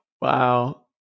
Wow